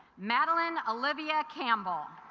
madeleine olivia campbell